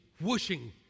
whooshing